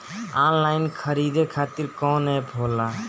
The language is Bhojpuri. आनलाइन खरीदे खातीर कौन एप होला?